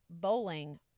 bowling